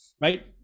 right